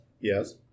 Yes